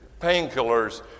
painkillers